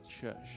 church